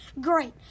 Great